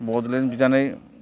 बड'लेण्ड बिनानै